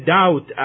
doubt